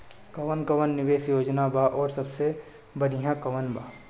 कवन कवन निवेस योजना बा और सबसे बनिहा कवन बा?